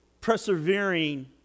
persevering